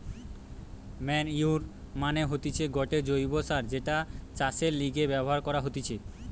manure মানে হতিছে গটে জৈব্য সার যেটা চাষের লিগে ব্যবহার করা হতিছে